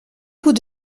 coup